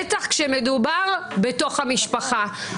בטח כשמדובר בתוך המשפחה.